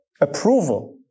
approval